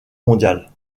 mondiale